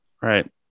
Right